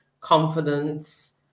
confidence